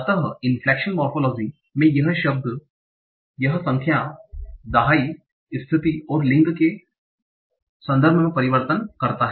अतः inflection morphology में यह संख्या दहाई स्थिति और लिंग के संदर्भ में परिवर्तन करता है